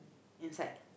inside